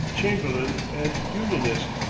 chamberlain, and unionist.